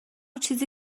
چیزی